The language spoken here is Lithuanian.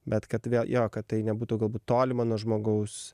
bet kad vė jo kad tai nebūtų galbūt tolima nuo žmogaus